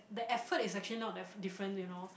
the effort is actually not that diff~ different you know